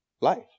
life